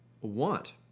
want